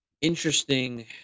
interesting